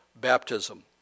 baptism